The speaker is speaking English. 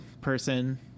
person